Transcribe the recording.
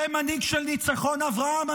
זה מנהיג של ניצחון, אברהם?